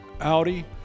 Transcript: Audi